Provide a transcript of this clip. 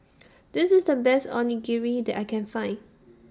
This IS The Best Onigiri that I Can Find